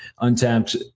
Untapped